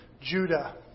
Judah